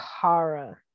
Kara